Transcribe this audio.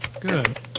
good